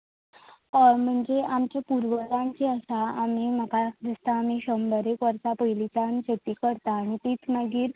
हय म्हणजे आमचें पुर्वजांचें आसा आनी म्हाका दिसता आमी शंबर एक वर्सां पयलींच्यान शेती करतात आनी तीच मागीर